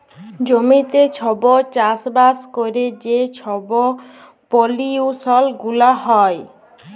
জমিতে ছব চাষবাস ক্যইরে যে ছব পলিউশল গুলা হ্যয়